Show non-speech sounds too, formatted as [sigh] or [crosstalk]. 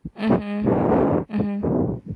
mmhmm [breath] mmhmm [breath]